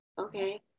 okay